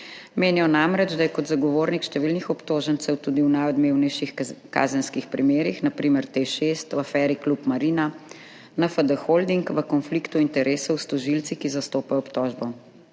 Menijo namreč, da je kot zagovornik številnih obtožencev tudi v najodmevnejših kazenskih primerih, na primer TEŠ 6, v aferi Klub Marina, NFD Holding, v konfliktu interesov s tožilci, ki zastopajo obtožbo.